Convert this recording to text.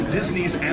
Disney's